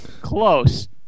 Close